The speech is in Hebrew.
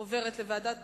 עובר לוועדת